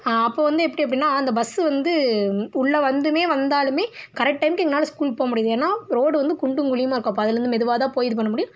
அப்போது வந்து எப்படி அப்படின்னா இந்த பஸ்ஸு வந்து உள்ளே வந்தும் வந்தாலும் கரெக்ட் டைமுக்கு எங்களால ஸ்கூல் போக முடியாது ஏன்னா ரோடு வந்து குண்டுங்குழியுமாக இருக்கும் அப்போ அதில் வந்து மெதுவாக தான் போய் இது பண்ண முடியும்